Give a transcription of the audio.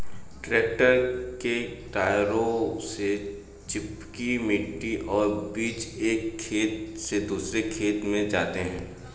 tractor के टायरों से चिपकी मिट्टी पर बीज एक खेत से दूसरे खेत में जाते है